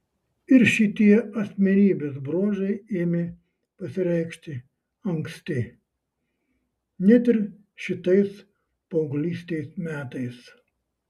ir šitie asmenybės bruožai ėmė pasireikšti anksti net ir šitais paauglystės metais